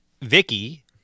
Vicky